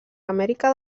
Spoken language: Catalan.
amèrica